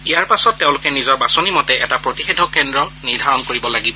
ইয়াৰ পাছত তেওঁলোকে নিজৰ বাছনি মতে এটা প্ৰতিষেধক কেন্দ্ৰ নিৰ্ধাৰণ কৰিব লাগিব